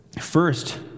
first